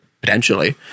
potentially—